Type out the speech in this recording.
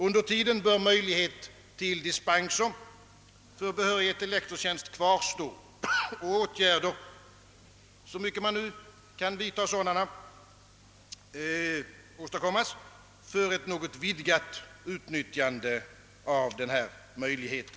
Under tiden bör möjlighet till dispenser för behörighet till lektorstjänst kvarstå, och åtgärder bör i största möjliga utsträckning vidtas för ett vidgat utnyttjande av denna möjlighet.